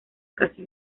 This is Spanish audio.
casi